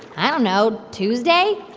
i don't know. tuesday?